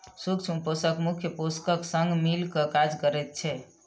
सूक्ष्म पोषक मुख्य पोषकक संग मिल क काज करैत छै